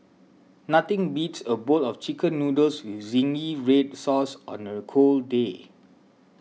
nothing beats a bowl of Chicken Noodles with Zingy Red Sauce on a cold day